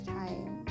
time